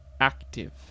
active